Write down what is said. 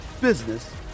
business